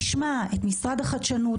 נשמע את משרד החדשנות,